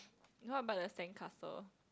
how about the sandcastle